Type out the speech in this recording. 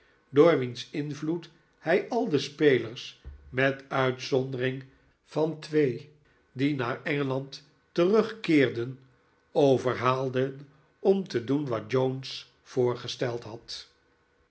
door wiens invloed hij al de spelers met uitzondering van twee die naar engeland tede natte schouwburg rugkeerden overhaalde om te doen wat jones voorgesteld had